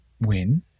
win